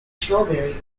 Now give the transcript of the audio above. strawberry